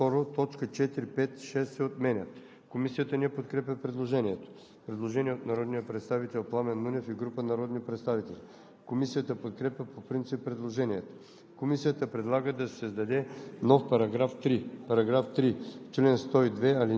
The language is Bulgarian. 1. В уводното изречение думите „и 10“ се заличават. 2. Точки 4, 5 и 6 се отменят.“ Комисията не подкрепя предложението. Предложение от народния представител Пламен Нунев и група народни представители. Комисията подкрепя по принцип предложението.